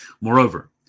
Moreover